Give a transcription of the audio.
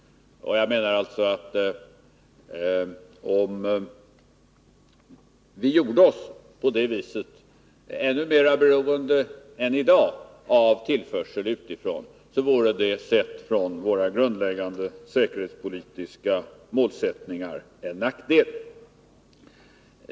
Jag menar alltså att om vi på det viset gjorde oss ännu mera beroende än vi är i dag av tillförseln utifrån vore det, med utgångspunkt i våra grundläggande säkerhetspolitiska målsättningar, en nackdel.